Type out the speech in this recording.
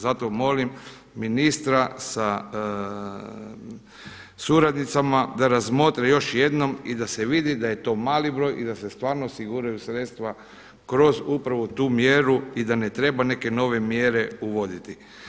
Zato molim ministra sa suradnicama da razmotre još jednom i da se vidi da je to mali broj i da se stvarno osiguraju sredstva kroz upravo tu mjeru i da ne treba neke nove mjere uvoditi.